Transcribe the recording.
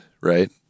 right